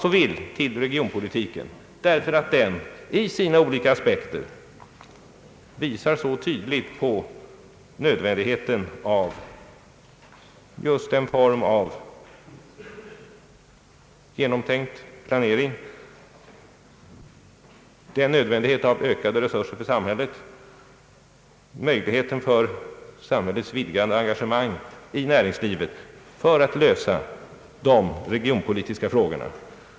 Regionpolitiken visar nämligen i sina olika aspekter tydligt på nödvändigheten av just en genomtänkt planering, ökade resurser för samhället, möjlighet till vidgade samhällsengagemang i näringslivet. Detta är nödvändigt för att lösa de regionpolitiska frågorna.